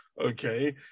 okay